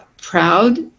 proud